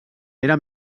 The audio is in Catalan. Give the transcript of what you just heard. era